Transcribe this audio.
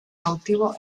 cautivo